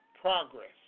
progress